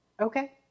Okay